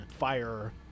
fire